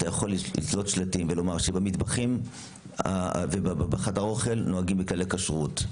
אתה יכול לתלות שלטים ולומר שבמטבחים ובחדר האוכל נוהגים בכללי כשרות.